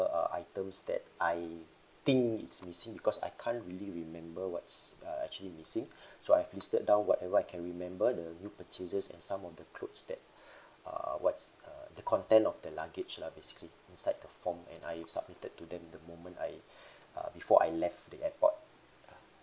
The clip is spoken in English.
uh items that I think it's missing because I can't really remember what's uh actually missing so I've listed down whatever I can remember the new purchases and some of the clothes that uh what's uh the content of the luggage lah basically inside the form and I've submitted to them the moment I uh before I left the airport uh